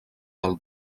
del